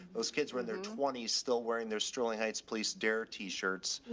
those kids were in their twenties, still wearing their sterling heights police, derek t shirts.